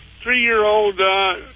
three-year-old